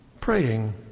praying